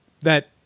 that-